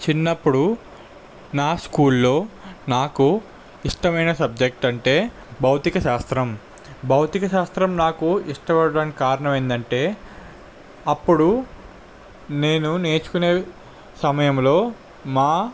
చిన్నప్పుడు నా స్కూల్లో నాకు ఇష్టమైన సబ్జెక్ట్ అంటే భౌతికశాస్త్రం భౌతికశాస్త్రం నాకు ఇష్టపడడానికి కారణం ఏంటంటే అప్పుడు నేను నేర్చుకునే సమయంలో మా